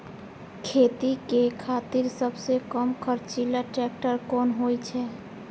खेती के खातिर सबसे कम खर्चीला ट्रेक्टर कोन होई छै?